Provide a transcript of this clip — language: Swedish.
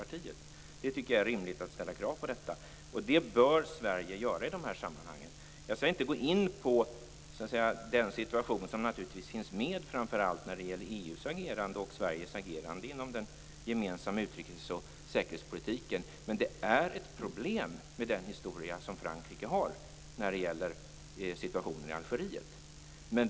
Jag tycker att det är rimligt att ställa krav på detta, och det bör Sverige göra. Jag skall inte gå in på situationen som framför allt gäller EU:s agerande och Sveriges agerande inom den gemensamma utrikes och säkerhetspolitiken, men det är ett problem med den historia som Frankrike har när det gäller situationen i Algeriet.